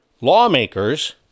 lawmakers